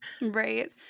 Right